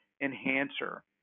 enhancer